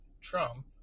Trump